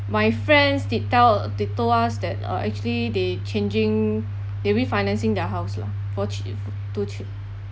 my friends did tell they told us that uh actually they changing they refinancing their house lah for chi~ to ch~